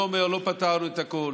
לא משנה לי לאן, לא משנה לי כמה